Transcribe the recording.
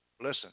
Listen